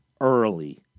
early